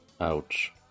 Ouch